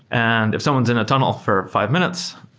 and if someone's in a tunnel for five minutes,